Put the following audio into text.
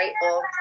grateful